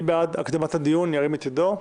מי שבעד הקדמת הדיון, ירים את ידו.